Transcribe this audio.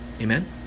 Amen